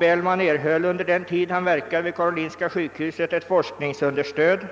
Bellman erhöll under den tid han verkade vid Karolinska sjukhuset ett forskningsunderstöd.